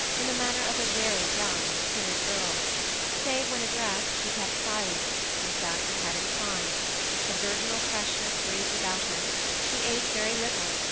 in the manner of a very young and timid girl save when addressed, she kept silence, and sat with head inclined a virginal freshness breathed about her she ate very little,